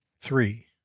three